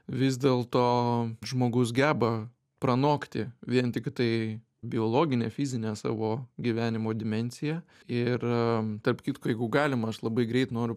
vis dėl to žmogus geba pranokti vien tiktai biologinę fizinę savo gyvenimo dimensiją ir tarp kitko jeigu galima aš labai greit noriu